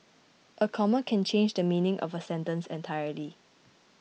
a comma can change the meaning of a sentence entirely